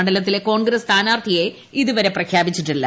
മണ്ഡലത്തിലെ കോൺഗ്രസ് സ്ഥാനാർത്ഥിയെ ഇതുവരെ പ്രഖ്യാപിച്ചിട്ടില്ല